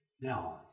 No